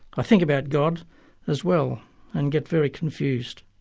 i think about god as well and get very confused.